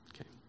Okay